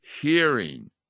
hearing